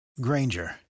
Granger